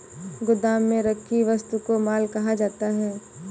गोदाम में रखी वस्तु को माल कहा जाता है